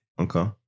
Okay